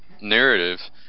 narrative